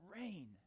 rain